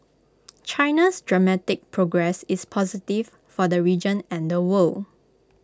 China's dramatic progress is positive for the region and the world